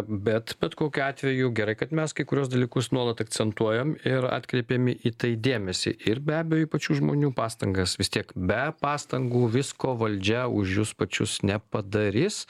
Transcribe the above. bet bet kokiu atveju gerai kad mes kai kuriuos dalykus nuolat akcentuojam ir atkreipiam į tai dėmesį ir be abejo į pačių žmonių pastangas vis tiek be pastangų visko valdžia už jus pačius nepadarys